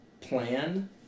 plan